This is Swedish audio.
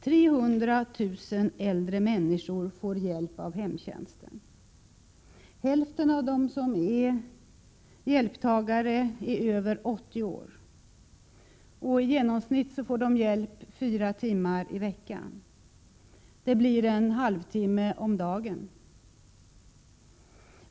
300 000 äldre människor får hjälp av hemtjänsten. Hälften av dem som får hjälp är över 80 år. De får hjälp i genomsnitt fyra timmar i veckan. Det blir en halvtimme om dagen.